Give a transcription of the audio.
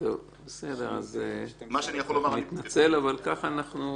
אני מתכוון אני,